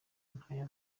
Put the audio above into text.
ntayo